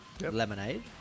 Lemonade